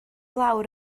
lawr